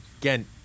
again